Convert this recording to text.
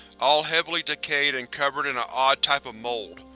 all heavily decayed and covered in an odd type of mold.